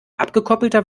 abgekoppelter